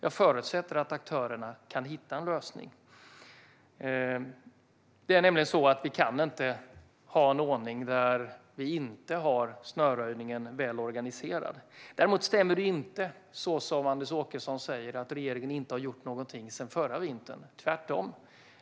Jag förutsätter att aktörerna kan hitta en lösning. Vi kan nämligen inte ha en ordning där vi inte har snöröjningen väl organiserad. Däremot stämmer det inte, som Anders Åkesson säger, att regeringen inte har gjort någonting sedan förra vintern - tvärtom.